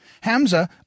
Hamza